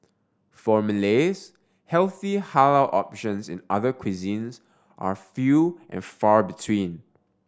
for Malays healthy halal options in other cuisines are few and far between